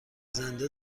زنده